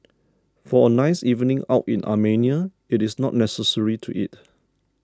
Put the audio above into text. for a nice evening out in Armenia it is not necessary to eat